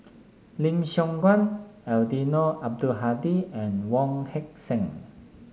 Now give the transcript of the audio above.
Lim Siong Guan Eddino Abdul Hadi and Wong Heck Sing